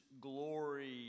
glory